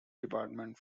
department